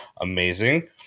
amazing